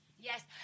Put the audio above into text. Yes